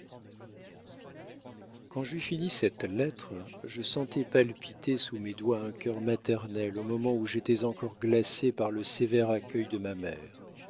quand j'eus fini cette lettre je sentais palpiter sous mes doigts un cœur maternel au moment où j'étais encore glacé par le sévère accueil de ma mère